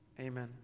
Amen